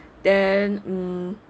then